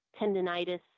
tendonitis